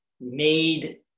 made